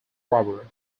robber